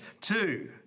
two